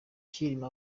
cyilima